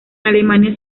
alemania